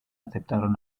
aceptaron